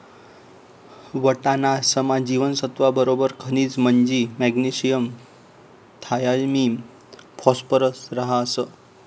वाटाणासमा जीवनसत्त्व बराबर खनिज म्हंजी मॅग्नेशियम थायामिन फॉस्फरस रहास